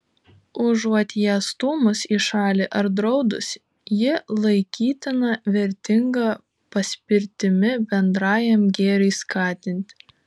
užuot ją stūmus į šalį ar draudus ji laikytina vertinga paspirtimi bendrajam gėriui skatinti